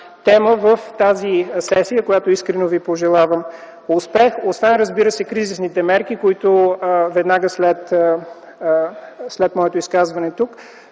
тема – в тази сесия, в която искрено Ви пожелавам успех, освен разбира се, кризисните мерки. Веднага след моето изказване тук